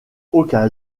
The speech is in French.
aucun